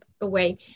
away